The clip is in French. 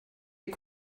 est